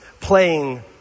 playing